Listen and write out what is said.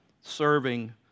serving